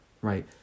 right